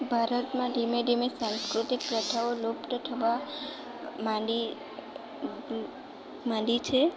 ભારતમાં ધીમે ધીમે સાંસ્કૃતિક પ્રથાઓ લોકપ્રથાઓ લુપ્ત થવા માંડી માંડી છે